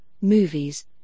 movies